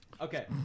Okay